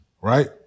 right